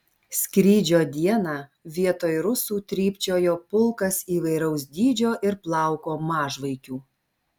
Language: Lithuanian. skrydžio dieną vietoj rusų trypčiojo pulkas įvairaus dydžio ir plauko mažvaikių